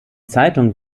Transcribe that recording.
zeitung